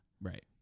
Right